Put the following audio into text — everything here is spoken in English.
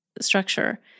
structure